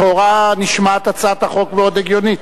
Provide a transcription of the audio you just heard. לכאורה נשמעת הצעת החוק מאוד הגיונית.